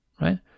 right